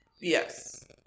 Yes